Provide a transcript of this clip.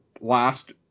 last